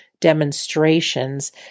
Demonstrations